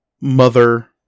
mother